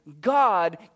God